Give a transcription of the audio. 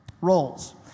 roles